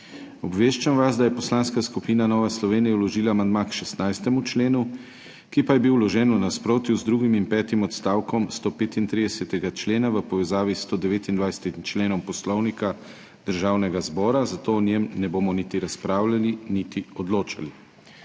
Obveščam vas, da je Poslanska skupina Nova Slovenija vložila amandma k 16. členu, ki pa je bil vložen v nasprotju z drugim in petim odstavkom 135. člena v povezavi s 129. členom Poslovnika Državnega zbora, zato o njem ne bomo niti razpravljali niti odločali.